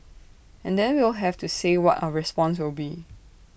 and then we'll have to say what our response will be